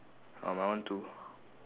oh my one two